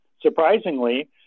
surprisingly